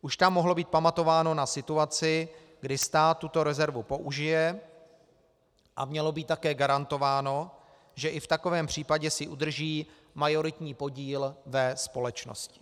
Už tam mohlo být pamatováno na situaci, kdy stát tuto rezervu použije, a mělo být také garantováno, že i v takovém případě si udrží majoritní podíl ve společnosti.